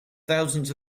thousands